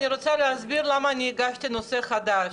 אני רוצה להסביר למה הגשתי נושא חדש.